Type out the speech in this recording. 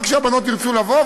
רק שהבנות ירצו לבוא,